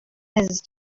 his